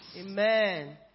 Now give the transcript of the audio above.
Amen